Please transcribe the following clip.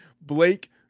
Blake